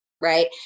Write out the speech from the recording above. right